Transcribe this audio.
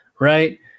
Right